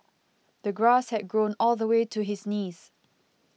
the grass had grown all the way to his knees